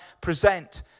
present